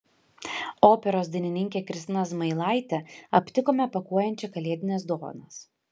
operos dainininkę kristiną zmailaitę aptikome pakuojančią kalėdines dovanas